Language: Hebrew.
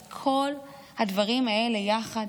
את כל הדברים האלה יחד,